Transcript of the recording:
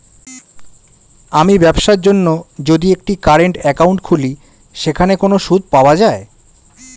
আমি ব্যবসার জন্য যদি একটি কারেন্ট একাউন্ট খুলি সেখানে কোনো সুদ পাওয়া যায়?